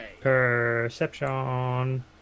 Perception